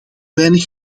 weinig